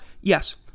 Yes